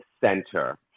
center